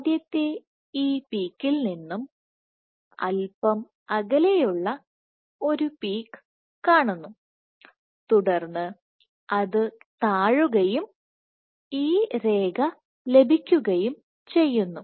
ആദ്യത്തെ ഈ പീക്കിൽ നിന്നും അല്പം അകലെയുള്ള ഒരു പീക്ക് കാണുന്നു തുടർന്ന് അത് താഴുകയും ഈ രേഖ ലഭിക്കുകയും ചെയ്യുന്നു